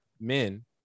men